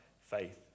faith